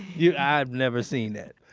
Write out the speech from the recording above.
yeah i've never seen that.